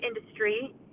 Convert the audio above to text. industry